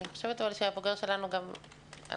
אני חושבת שהבוגר שלנו גם אנחנו